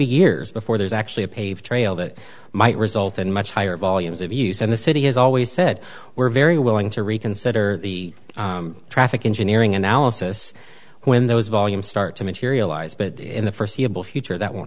be years before there's actually a paved trail that might result in much higher volumes of use and the city has always said we're very willing to reconsider the traffic engineering analysis when those volumes start to materialize but in the forseeable future that won't